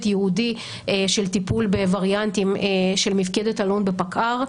ייעודי של טיפול בווריאנטים של מפקד אלון בפקע"ר.